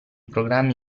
programmi